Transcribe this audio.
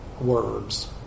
words